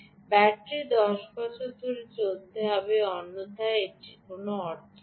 battery 10 বছর ধরে চলতে হবে অন্যথায় এটি কোনও অর্থ দেয় না